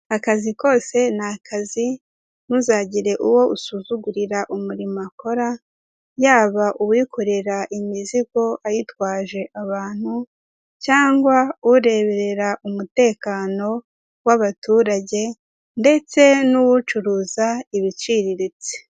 Akazi kose ni kazi ntuzagire uwo usuzugurira umurimo akora, yaba uwikorera imizigo ayitwaje abantu cyangwa ureberera umutekano w'abaturage ndetse n'uwucuruza ibiciriritse.